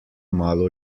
malo